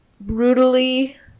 brutally